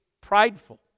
prideful